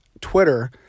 Twitter